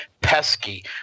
Pesky